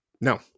No